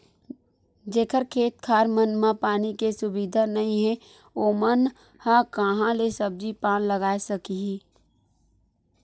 जेखर खेत खार मन म पानी के सुबिधा नइ हे ओमन ह काँहा ले सब्जी पान लगाए सकही